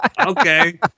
Okay